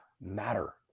matter